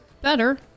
better